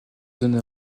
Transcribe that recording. donné